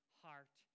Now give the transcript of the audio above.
heart